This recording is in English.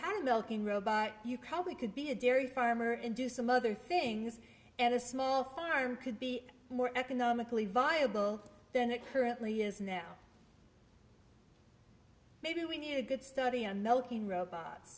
had a milking robot you probably could be a dairy farmer and do some other things and a small farm could be more economically viable than it currently is now maybe we could study on milking robots